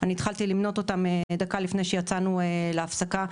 התחלתי למנות אותם דקה לפני שיצאנו להפסקה: